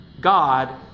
God